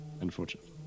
Unfortunate